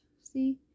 see